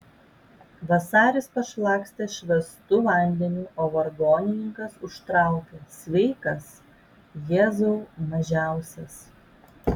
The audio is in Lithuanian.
vasaris pašlakstė švęstu vandeniu o vargonininkas užtraukė sveikas jėzau mažiausias